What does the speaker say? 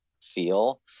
feel